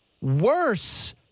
worse